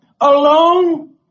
Alone